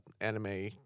anime